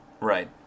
Right